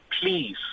please